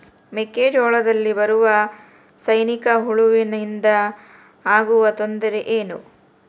ಮೆಕ್ಕೆಜೋಳದಲ್ಲಿ ಬರುವ ಸೈನಿಕಹುಳುವಿನಿಂದ ಆಗುವ ತೊಂದರೆ ಏನು?